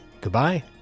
Goodbye